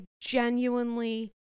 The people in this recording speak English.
genuinely